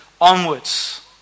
onwards